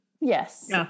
Yes